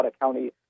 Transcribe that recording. County